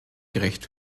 gerecht